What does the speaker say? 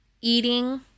eating